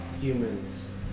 humans